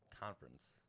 conference